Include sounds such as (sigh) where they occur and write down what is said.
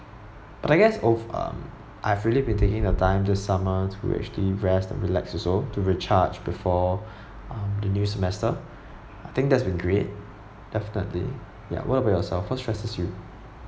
I guess oh um I've really been taking the time this summer to actually rest and relax also to recharge before (breath) um the new semester I think that's been great definitely ya what about yourself what stresses you